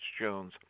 Jones